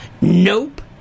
Nope